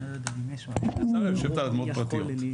--- אדמות פרטית,